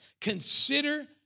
consider